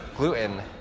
Gluten